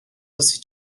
واسه